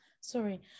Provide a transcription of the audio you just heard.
sorry